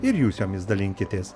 ir jūs jomis dalinkitės